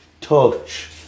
touch